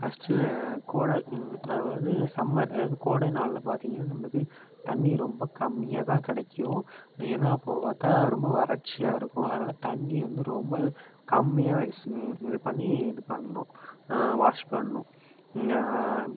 first கோடை அதாவது summer அதாவது கோடை நாளில் பார்த்தீங்கன்னா நமக்கு தண்ணி ரொம்ப கம்மியாக தான் கிடைக்கும் ஏன்னால் அப்போது பார்த்தா ரொம்ப வறட்சியாக இருக்கும் அதனால் தண்ணியை வந்து ரொம்ப கம்மியாக ஸ் இது பண்ணி இது பண்ணணும் வாஷ் பண்ணணும்